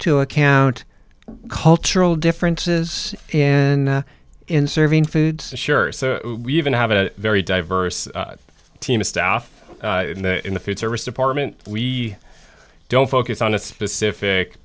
to account cultural differences in in serving foods sure so we even have a very diverse team of staff in the food service department we don't focus on a specific